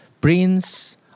Prince